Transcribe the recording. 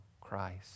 Christ